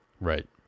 Right